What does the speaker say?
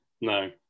no